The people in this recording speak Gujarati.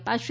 અપાશે